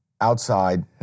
outside